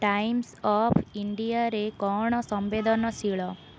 Times of ଇଣ୍ଡିଆରେ କ'ଣ ସମ୍ବେଦନଶୀଳ